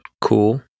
cool